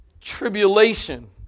tribulation